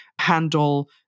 handle